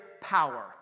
power